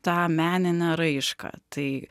tą meninę raišką tai